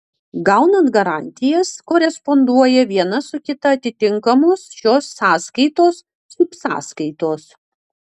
gaunant garantijas koresponduoja viena su kita atitinkamos šios sąskaitos subsąskaitos